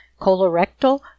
colorectal